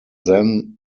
then